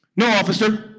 no, officer.